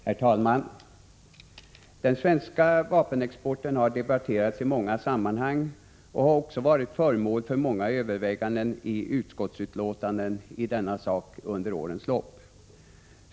Herr talman! Den svenska vapenexporten har debatterats i många sammanhang och har varit föremål för överväganden i utskottsutlåtanden under årens lopp.